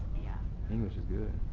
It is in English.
yeah english is good